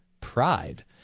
pride